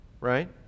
right